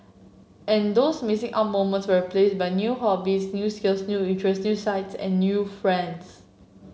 and those missing out moments were placed by new hobbies new skills new interests new sights and new friends